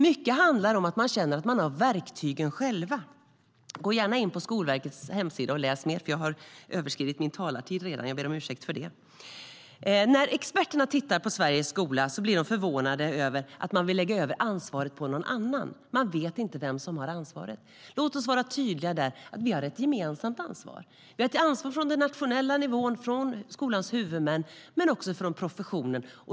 Mycket handlar om att man känner att man har verktygen själv. Gå gärna in på Skolverkets hemsida och läs mer! När experterna tittar på Sveriges skola blir de förvånade över att man vill lägga över ansvaret på någon annan. Man vet inte vem som har ansvaret. Låt oss vara tydliga med att vi har ett gemensamt ansvar. Det ligger ett ansvar på den nationella nivån, på skolans huvudmän men också på professionen.